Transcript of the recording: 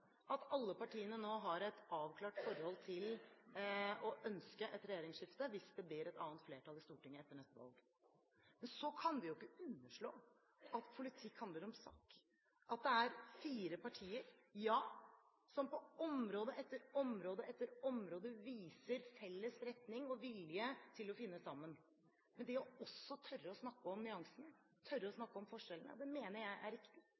at alle partiene nå har et avklart forhold til å ønske et regjeringsskifte hvis det blir et annet flertall i Stortinget etter neste valg. Så kan vi jo ikke underslå at politikk handler om sak, at det er fire partier som på område etter område etter område viser felles retning og vilje til å finne sammen. Men det å tørre å snakke om nyansene, tørre å snakke om forskjellene, mener jeg er riktig.